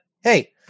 hey